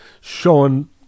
showing